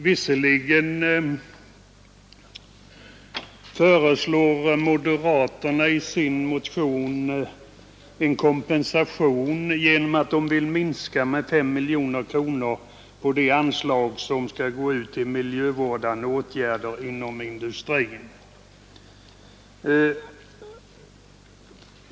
Visserligen föreslår moderaterna i sin motion en kompensation genom minskning med 5 miljoner kronor på anslaget till miljövårdande åtgärder inom industrin.